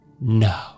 No